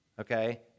okay